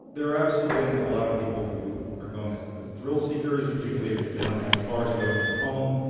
there are absolutely a lot of people who are going as as thrill seekers, particularly if if they don't have far to go from home,